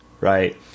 right